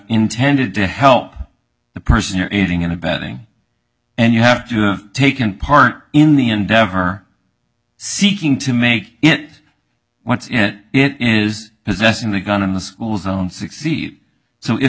intended to help the person you're aiding and abetting and you have to have taken part in the endeavor seeking to make it what's in it it is possessing the gun in the school zone succeed so if